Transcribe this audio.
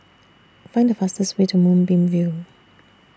Find The fastest Way to Moonbeam View